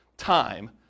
Time